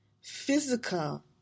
physical